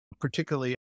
particularly